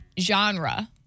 genre